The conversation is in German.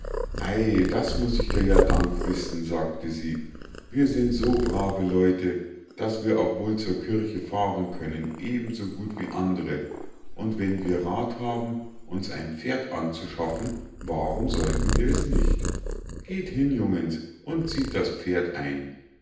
ei das muß ich dir ja dank wissen sagte sie wir sind so brave leute daß wir auch wohl zur kirche fahren können eben so gut wie andre und wenn wir rath haben uns ein pferd anzuschaffen warum sollten wir es nicht geht hin jungens und zieht das pferd ein